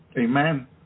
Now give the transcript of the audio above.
Amen